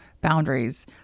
boundaries